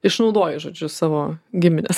išnaudoji žodžiu savo gimines